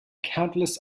countless